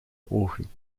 ogen